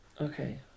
Okay